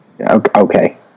Okay